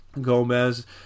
Gomez